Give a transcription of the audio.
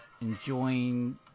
enjoying